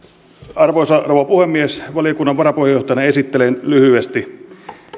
arvoisa rouva puhemies valiokunnan varapuheenjohtajana esittelen lyhyesti